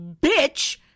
bitch